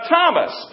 Thomas